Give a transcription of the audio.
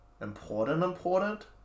important-important